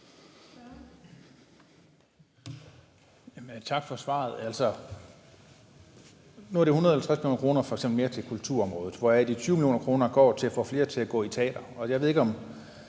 Tak for svaret. Nu er det f.eks. 150 mio. kr. mere til kulturområdet, hvoraf de 20 mio. kr. går til at få flere til at gå i teater. Jeg ved ikke, om